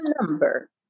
number